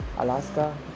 Alaska